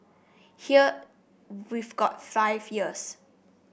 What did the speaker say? here we've got five years